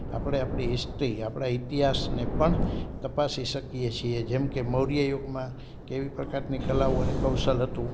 આપણે આપણી હિસ્ટ્રી આપણા ઈતિહાસને પણ તપાસી શકીએ છીએ જેમકે મૌર્ય યુગમાં કેવી પ્રકારની કલાઓ અને કૌશલ હતું